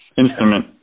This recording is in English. instrument